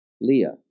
Leah